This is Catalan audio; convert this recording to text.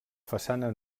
façana